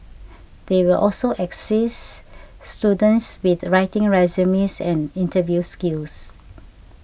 they will also assist students with writing resumes and interview skills